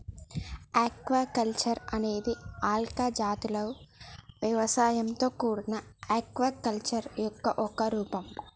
aquaculture అనేది algae జాతుల వ్యవసాయంతో కూడిన ఆక్వాకల్చర్ యొక్క ఒక రూపం